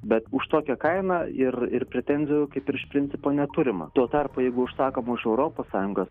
bet už tokią kainą ir ir pretenzijų kaip ir iš principo neturima tuo tarpu jeigu užsakoma iš europos sąjungos